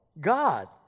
God